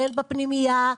בין בפנימייה,